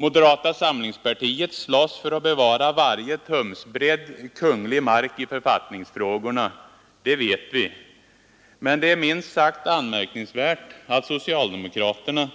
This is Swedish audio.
Moderata samlingspartiet slåss för att bevara varje tumsbredd kunglig mark i författningsfrågorna, det vet vi. Men det är minst sagt anmärkningsvärt att socialdemokraterna,